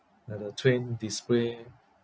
like the train display